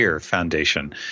Foundation